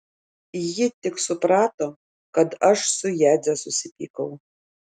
ji tik suprato kad aš su jadze susipykau